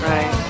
Right